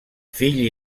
fill